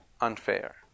unfair